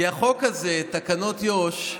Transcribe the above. כי החוק הזה, תקנות יו"ש,